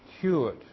cured